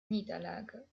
niederlage